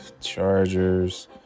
Chargers